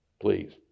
please